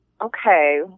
okay